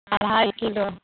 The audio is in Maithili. अढ़ाइ किलो